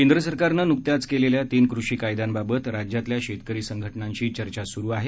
केंद्र सरकारनं नुकत्याच केलेल्या तीन कृषी कायद्यांबाबत राज्यातल्या शेतकरी संघटनांशी चर्चा सुरू आहे